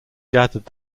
gathered